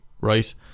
right